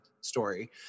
story